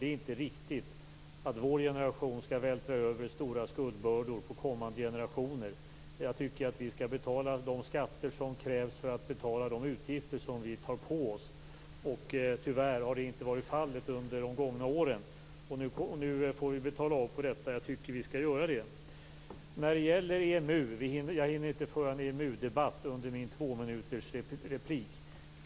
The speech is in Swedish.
Det är inte riktigt att vår generation skall vältra över stora skuldbördor på kommande generationer. Jag tycker att vi skall betala de skatter som krävs för att betala de utgifter vi tar på oss. Tyvärr har det inte varit fallet under de gångna åren. Nu får vi betala av på detta, och jag tycker att vi skall göra det. Jag hinner inte föra en EMU-debatt under min tvåminutersreplik.